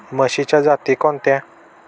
म्हशीच्या जाती कोणत्या?